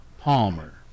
Palmer